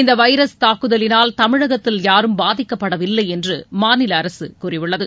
இந்த வைரஸ் தூக்குதலினால் தமிழகத்தில் யாரும் பாதிக்கப்படவில்லை என்று மாநில அரசு கூறியுள்ளது